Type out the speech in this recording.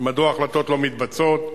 מדוע ההחלטות לא מתבצעות.